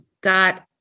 got